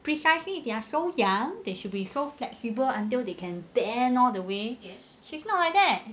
precisely they are so young they should be so flexible until they can bend all the way she's not like that